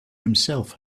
himself